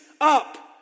up